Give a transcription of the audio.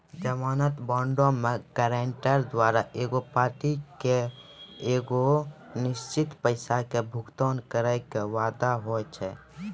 जमानत बांडो मे गायरंटर द्वारा एगो पार्टी के एगो निश्चित पैसा के भुगतान करै के वादा होय छै